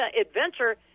adventure